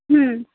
ह्म्म